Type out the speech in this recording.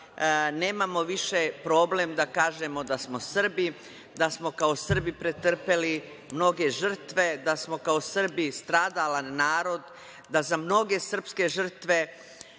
nemamo više problem da kažemo da smo Srbi, da smo kao Srbi pretrpeli mnoge žrtve, da smo kao Srbi stradalan narod, da za mnoge srpske žrtve